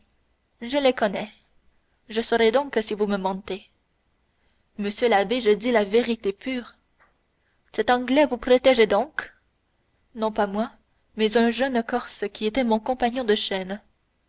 je le connais je saurai donc si vous mentez monsieur l'abbé je dis la vérité pure cet anglais vous protégeait donc non pas moi mais un jeune corse qui était mon compagnon de chaîne